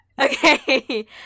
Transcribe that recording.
Okay